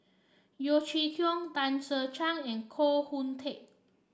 Yeo Chee Kiong Tan Che Sang and Koh Hoon Teck